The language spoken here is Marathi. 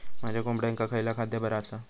माझ्या कोंबड्यांका खयला खाद्य बरा आसा?